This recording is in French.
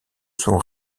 sont